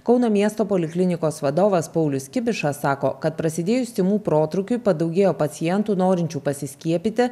kauno miesto poliklinikos vadovas paulius kibiša sako kad prasidėjus tymų protrūkiui padaugėjo pacientų norinčių pasiskiepyti